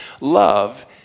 love